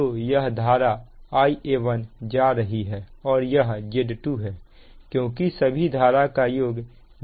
तो यह धारा Ia1 जा रही है और यह Z2 है क्योंकि सभी धारा का योग 0 है